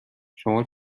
شما